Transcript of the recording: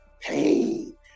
pain